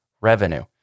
revenue